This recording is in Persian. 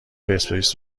پرسپولیس